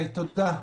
תודה.